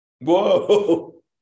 Whoa